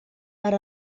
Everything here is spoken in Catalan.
per